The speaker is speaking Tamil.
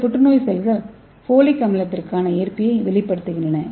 சில புற்றுநோய் செல்கள் ஃபோலிக் அமிலத்திற்கான ஏற்பியை வெளிப்படுத்துகின்றன